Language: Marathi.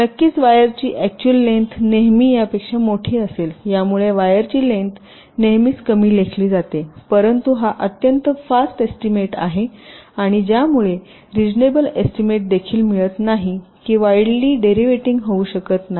नक्कीच वायरची एकचुअल लेन्थ नेहमी यापेक्षा मोठी असेल यामुळे वायरची लेन्थ नेहमीच कमी लेखली जाते परंतु हा अत्यंत फास्ट एस्टीमेट आहे आणि यामुळे रिजनेबल एस्टीमेट देखील मिळत नाही की वॉइडली डेरीवेटिंग होऊ शकत नाही